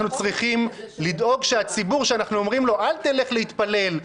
אנחנו צריכים לדאוג שהציבור שאנחנו אומרים לו: אל תלך להתפלל,